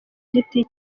giti